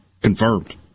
Confirmed